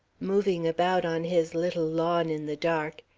moving about on his little lawn in the dark,